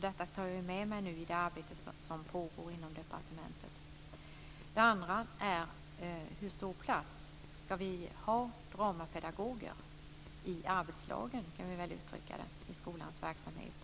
Detta tar jag med mig i det arbete som pågår inom departementet. Hur stor plats ska vi ge dramapedagoger i arbetslagen i skolans verksamhet?